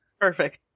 Perfect